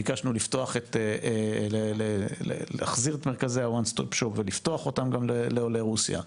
ביקשנו להחזיר את מרכזי ה-One-Stop Shop ולפתוח אותם לעולי רוסיה.